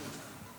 יופי, כל הכבוד.